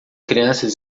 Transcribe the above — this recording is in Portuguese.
crianças